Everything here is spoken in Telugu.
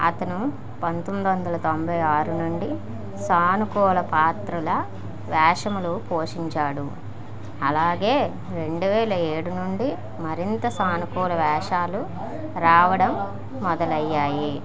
అతను పంతొమ్మిదొందల తొంభై ఆరు నుండి సానుకూల పాత్రల వేషములు పోషించాడు అలాగే రెండు వేల ఏడు నుండి మరింత సానుకూల వేషాలు రావడం మొదలయ్యాయి